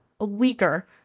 weaker